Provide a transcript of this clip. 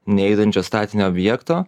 nejudančio statinio objekto